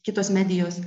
kitos medijos